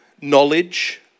knowledge